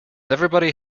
everybody